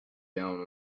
down